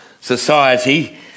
society